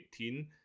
2018